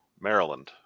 Maryland